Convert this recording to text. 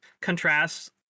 contrasts